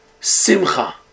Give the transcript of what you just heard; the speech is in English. Simcha